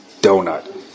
donut